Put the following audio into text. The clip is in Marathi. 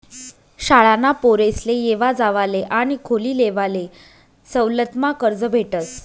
शाळाना पोरेसले येवा जावाले आणि खोली लेवाले सवलतमा कर्ज भेटस